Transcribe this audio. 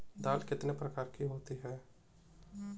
दाल कितने प्रकार की होती है?